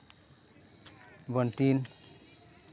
ᱵᱟᱞᱴᱤᱱ